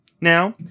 now